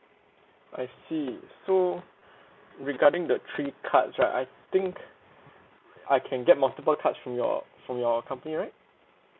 I see so regarding the three cards right I think I can get multiple cards from your from your company right